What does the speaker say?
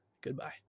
goodbye